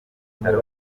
bitaro